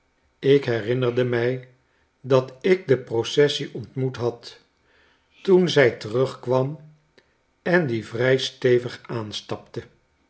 ik herinnerde mij dat ik de processie ontmoet had toen zij terugkwam en die vrij stevig aanstapte